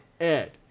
Ed